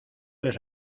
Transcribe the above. les